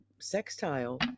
sextile